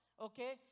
Okay